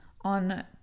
on